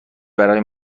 برای